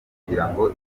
kugirango